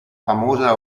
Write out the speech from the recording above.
famosa